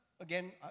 again